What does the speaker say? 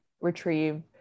retrieve